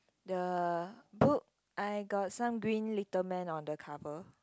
the book I got some green little man on the cover